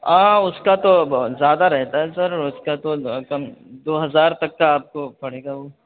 ہاں اس کا تو زیادہ رہتا ہے سر اس کا تو کم دو ہزار تک کا آپ کو پڑے گا وہ